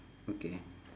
okay